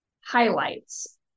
highlights